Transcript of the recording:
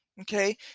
Okay